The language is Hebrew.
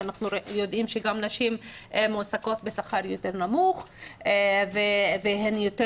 שאנחנו יודעים שגם נשים מועסקות בשכר יותר נמוך והן יותר